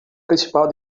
principal